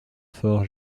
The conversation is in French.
fort